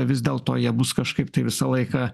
vis dėlto jie bus kažkaip tai visą laiką